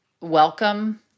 welcome